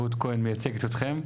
רעות כהן מייצגת אתכם.